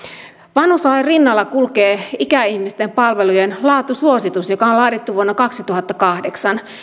vanhuslain rinnalla kulkee ikäihmisten palvelujen laatusuositus joka on laadittu vuonna kaksituhattakahdeksan